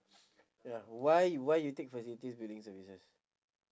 ya why why you take facilities building services